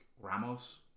Ramos